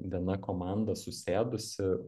viena komanda susėdusi